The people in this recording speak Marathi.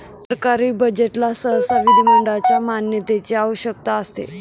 सरकारी बजेटला सहसा विधिमंडळाच्या मान्यतेची आवश्यकता असते